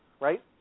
right